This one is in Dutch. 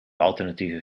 alternatieven